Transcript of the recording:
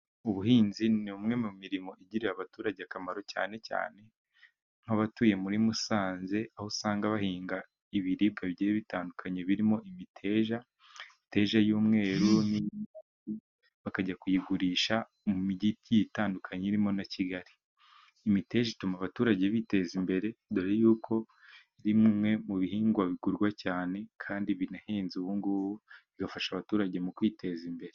Ubuhinzi ni umwe mu mirimo igirira abaturage akamaro cyane cyane nk'abatuye muri Musanze, aho usanga bahinga ibiribwa bigiye bitandukanye, birimo imiteja, imiteja y'umweru bakajya kuyigurisha mu migi igiye itandukanye irimo na Kigali. Imiteja ituma abaturage biteza imbere, dore y'uko bimwe mu bihingwa bigurwa cyane, kandi binahenze ubu ng'ubu bigafasha abaturage mu kwiteza imbere.